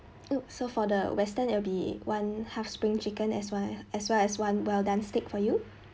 !oops! so for the western it'll be one half spring chicken as well a~ as well as one well done steak for you